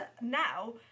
now